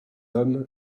homme